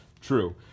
true